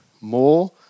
more